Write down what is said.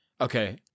Okay